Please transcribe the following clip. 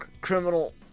criminal